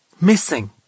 missing